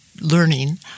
learning